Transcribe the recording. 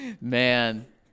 Man